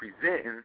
presenting